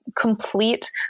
complete